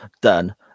done